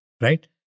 right